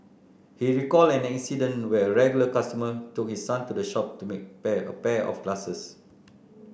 he recalled an incident where a regular customer took his son to the shop to make a pair a pair of glasses